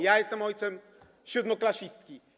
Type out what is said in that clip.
Ja jestem ojcem siódmoklasistki.